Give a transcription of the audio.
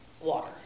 water